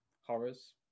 Horrors